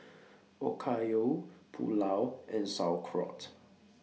Okayu Pulao and Sauerkraut